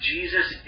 Jesus